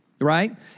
right